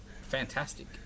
fantastic